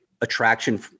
attraction